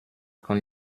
con